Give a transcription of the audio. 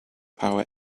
power